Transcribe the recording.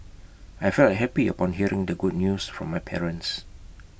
I felt happy upon hearing the good news from my parents